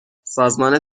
سازمان